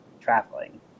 traveling